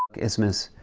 isthmus